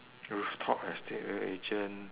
rooftop estate real agent